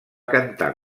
cantar